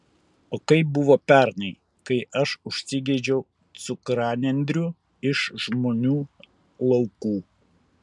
o kaip buvo pernai kai aš užsigeidžiau cukranendrių iš žmonių laukų